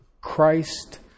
Christ